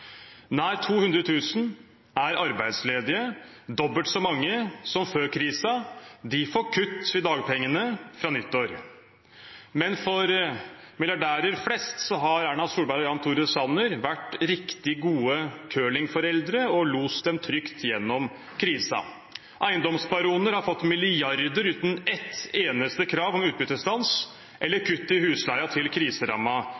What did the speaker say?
Nær 200 000 er arbeidsledige, dobbelt så mange som før krisen. De får kutt i dagpengene fra nyttår. Men for milliardærer flest har Erna Solberg og Jan Tore Sanner vært riktig gode curlingforeldre og lost dem trygt gjennom krisen. Eiendomsbaroner har fått milliarder uten ett eneste krav om utbyttestans eller